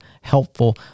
helpful